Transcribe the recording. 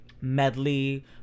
medley